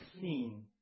seen